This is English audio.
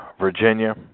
Virginia